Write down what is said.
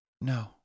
No